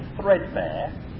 threadbare